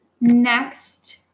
next